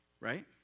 Right